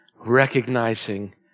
Recognizing